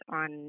on